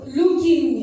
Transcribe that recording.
looking